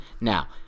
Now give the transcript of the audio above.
Now